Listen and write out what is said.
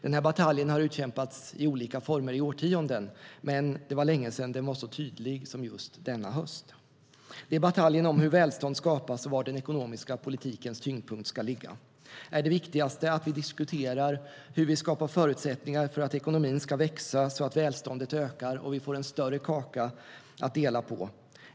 Den här bataljen har utkämpats i olika former i årtionden, men det var länge sedan den var så tydlig som just denna höst. Det är bataljen om hur välstånd skapas och var den ekonomiska politikens tyngdpunkt ska ligga. Är det viktigast att vi diskuterar hur vi skapar förutsättningar för att ekonomin ska växa, så att välståndet ökar och vi får en större kaka att dela på?